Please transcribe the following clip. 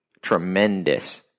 tremendous